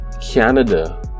Canada